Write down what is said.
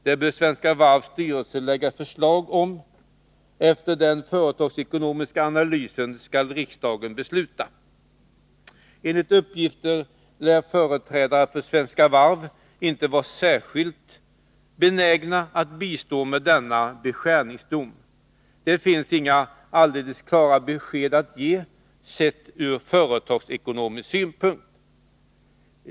Det bör Svenska Varvsstyrelse lägga fram förslag om. Efter den företagsekonomiska analysen skall riksdagen besluta. Enligt uppgifter lär företrädare för Svenska Varv inte vara särskilt benägna att bistå med en sådan beskärningsdom. Det finns inga alldeles klara besked att ge, sett ur företagsekonomisk synpunkt.